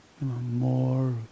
more